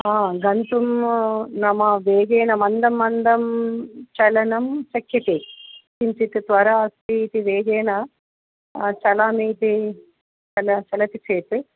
आं गन्तुं नाम वेगेन मन्दं मन्दं चलनं शक्यते किञ्चित् त्वरा अस्ति इति वेगेन चलामि चेत् चल चलति चेत्